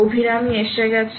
অভিরামি এসে গেছে